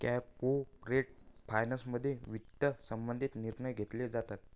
corporate फायनान्समध्ये वित्त संबंधित निर्णय घेतले जातात